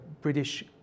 British